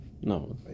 No